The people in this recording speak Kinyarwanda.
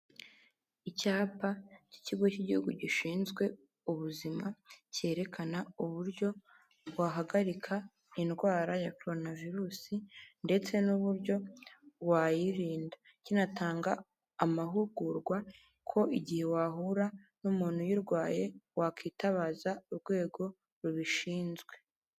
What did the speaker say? Icyapa cy'ikigo cy'igihugu gishinzwe ubuzima cyerekana uburyo wahagarika indwara ya coronavirus ndetse n'uburyo wayirinda kinatanga amahugurwa ko igihe wahura n'umuntu uyirwaye wakwitabaza urwego rubishinzwe.